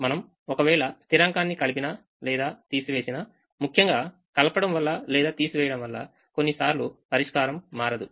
మనం ఒకవేళస్థిరాంకాన్ని కలిపినా లేదా తీసివేసినా ముఖ్యంగా కలపడం వల్ల లేదా తీసివేయడం వల్ల కొన్నిసార్లు పరిష్కారం మారదు